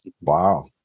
Wow